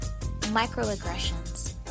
microaggressions